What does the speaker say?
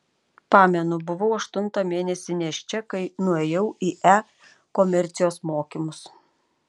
pamenu buvau aštuntą mėnesį nėščia kai nuėjau į e komercijos mokymus